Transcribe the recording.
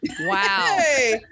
Wow